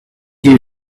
you